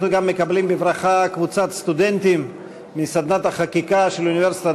אנחנו מקבלים בברכה קבוצת סטודנטים מסדנת החקיקה של אוניברסיטת